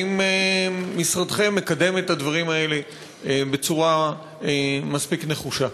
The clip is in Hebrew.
האם משרדכם מקדם את הדברים האלה בצורה מספיק נחושה.